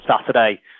Saturday